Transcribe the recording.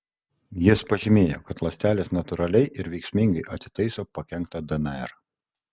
jis pažymėjo kad ląstelės natūraliai ir veiksmingai atitaiso pakenktą dnr